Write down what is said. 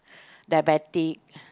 diabetic